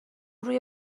روی